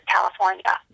California